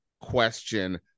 question